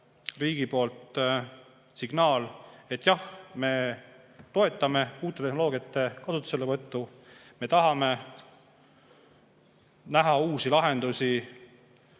riigi poolt signaal, et jah, me toetame uute tehnoloogiate kasutuselevõttu, me tahame näha uusi lahendusi.